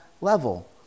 level